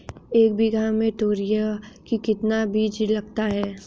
एक बीघा में तोरियां का कितना बीज लगता है?